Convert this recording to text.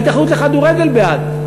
ההתאחדות לכדורגל בעד.